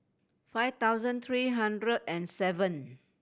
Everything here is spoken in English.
five thousand three hundred and seven